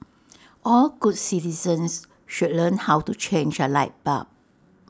all good citizens should learn how to change A light bulb